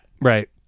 Right